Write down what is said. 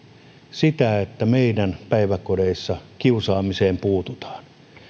sitä että meidän päiväkodeissa kiusaamiseen puututaan